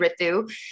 Ritu